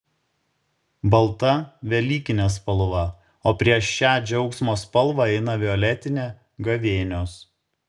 balta velykinė spalva o prieš šią džiaugsmo spalvą eina violetinė gavėnios